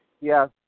Yes